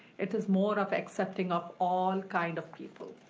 it is more of accepting of all kind of people.